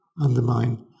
undermine